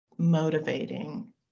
motivating